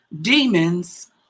Demons